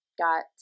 got